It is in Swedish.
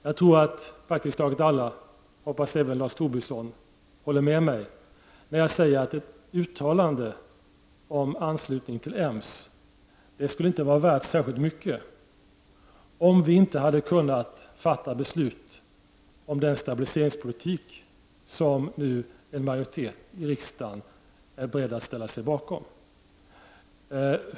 Jag tror att praktiskt taget alla, jag hoppas även Lars Tobisson, håller med mig när jag säger att ett uttalande om anslutning till EMS skulle inte vara värt särskilt mycket om vi inte hade kunnat fatta beslut om den stabiliseringspolitik som nu en majoritet i riksdagen är beredd att ställa sig bakom.